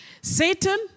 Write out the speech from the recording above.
Satan